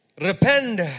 Repent